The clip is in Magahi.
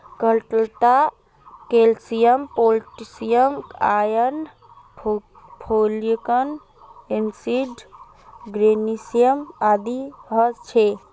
कटहलत calcium potassium iron folic acid magnesium आदि ह छे